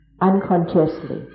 unconsciously